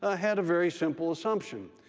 ah had a very simple assumption.